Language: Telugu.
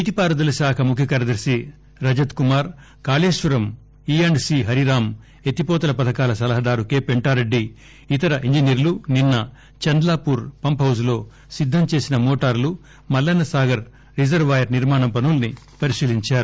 నీటిపారుదలశాఖ ముఖ్యకార్యదర్పి రజత్కుమార్ కాళేశ్వరం ఈ అండ్ సి హరిరాం ఎత్తిపోతల పథకాల సలహాదారు కే పెంటారెడ్డి ఇతర ఇంజినీర్లు నిన్న చంద్లాపూర్ పంపుహౌజ్లో సిద్దంచేసిన మోటర్లు మల్లన్న సాగర్ రిజర్వాయర్ నిర్మాణ పనుల్పి పరిశీలించారు